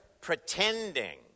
pretending